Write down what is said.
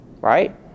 Right